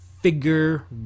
figure